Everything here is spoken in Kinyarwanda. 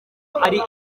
ari